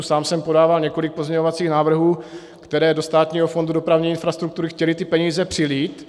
Sám jsem podával několik pozměňovacích návrhů, které do Státního fondu dopravní infrastruktury chtěly peníze přilít.